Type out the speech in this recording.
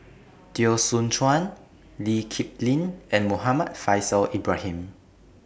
Teo Soon Chuan Lee Kip Lin and Muhammad Faishal Ibrahim